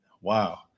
wow